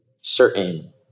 certain